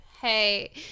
hey